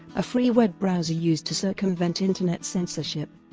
a free web browser used to circumvent internet censorship.